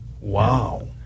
Wow